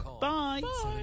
Bye